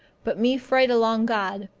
but me fright along god.